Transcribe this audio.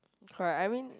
correct I mean